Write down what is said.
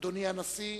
אדוני הנשיא,